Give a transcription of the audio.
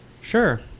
Sure